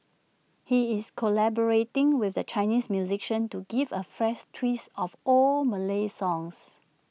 he is collaborating with A Chinese musician to give A fresh twist of old Malay songs